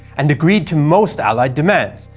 and agreed to most allied demands,